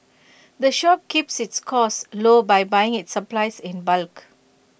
the shop keeps its costs low by buying its supplies in bulk